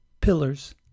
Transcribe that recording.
pillars